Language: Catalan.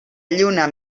lluna